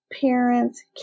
parents